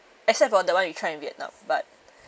except for the [one] we try in vietnam but